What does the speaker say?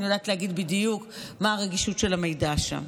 אני יודעת להגיד בדיוק מה הרגישות של המידע שם.